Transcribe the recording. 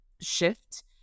shift